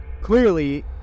clearly